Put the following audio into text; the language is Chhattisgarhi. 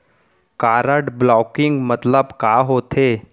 कारड ब्लॉकिंग मतलब का होथे?